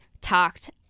talked